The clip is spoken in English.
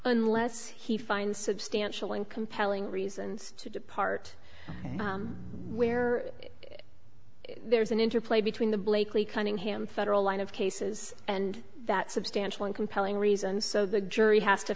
unless he finds substantial and compelling reasons to depart and wear it there's an interplay between the blakely cunningham federal line of cases and that substantial and compelling reason so the jury has to